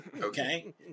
okay